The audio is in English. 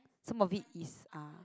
some of it is are